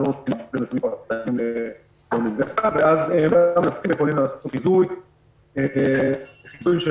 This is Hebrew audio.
ש --- ואז יכולים לעשות חיזוי של